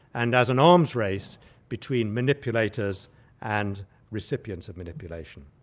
and as an arms race between manipulators and recipients of manipulation.